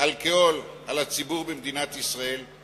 אלכוהול על הציבור במדינת ישראל.